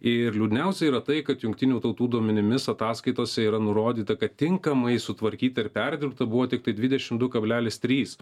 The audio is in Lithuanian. ir liūdniausia yra tai kad jungtinių tautų duomenimis ataskaitose yra nurodyta kad tinkamai sutvarkyta ir perdirbta buvo tiktai dvidešimt du kablelis trys